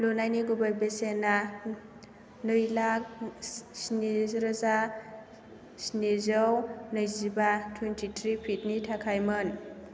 लुनायनि गुबै बेसेना नै लाख स्नि स्निजिरोजा स्निजौ नैजिबा थुइनटि थ्रि फिटनि थाखाय मोन